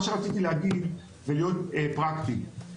מה שרציתי להגיד ולהיות פרקטי,